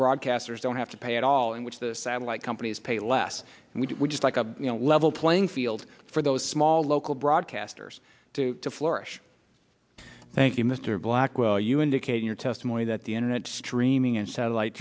broadcasters don't have to pay at all in which the satellite companies pay less and we would just like a level playing field for those small local broadcasters to flourish thank you mr blackwell you indicate your testimony that the internet streaming and satellite